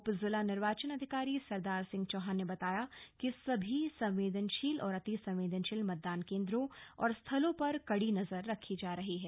उप जिला निर्वाचन अधिकारी सरदार सिंह चौहान ने बताया कि सभी संवेदनशील और अति संवेदनशील मतदान केन्द्रों और स्थलों पर कड़ी नजर रखी जा रही है